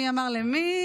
מי אמר למי?